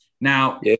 Now